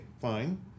fine